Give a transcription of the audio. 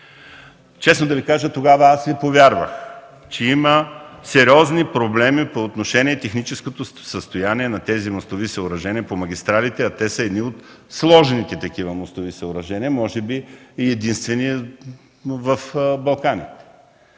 Честно да Ви кажа, тогава аз Ви повярвах, че има сериозни проблеми по отношение техническото състояние на тези мостови съоръжения по магистралите, те са едни от сложните такива мостови съоръжения, може би и единствени на Балканите.